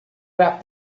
wrapped